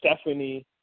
Stephanie